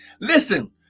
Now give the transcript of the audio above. Listen